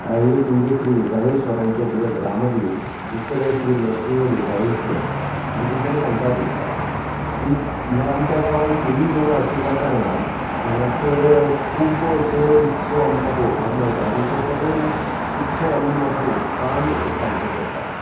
एक म्हणजे श्री वेताळेश्वरांचे ग्र ग्रामदेव दुसरें श्री नरसिंंगह वेताळेश्वर आनी तिसरें शांतादुर्गा ह्या आमच्या गांवांत तिनूय देवळां आशिल्ल्या कारणान हांगासर खूब्ब अशे उत्सव आमकां पळोवपाक मेळटा आनी ते सगळे उत्सव आमी मोठ्या उत्सहान साजरे करतात